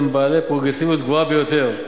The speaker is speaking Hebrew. הם בעלי פרוגרסיביות גבוהה ביותר.